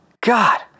God